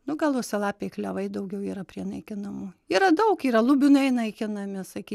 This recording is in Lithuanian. nu gal uosialapiai klevai daugiau yra prie naikinamų yra daug yra lubinai naikinami saky